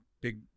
big